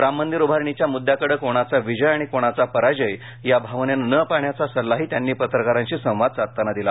राम मंदिर उभारणीच्या मुद्द्याकडे कोणाचा विजय आणि कोणाचा पराजय या भावनेने न पाहण्याचा सल्लाही त्यांनी पत्रकारांशी संवाद साधताना दिला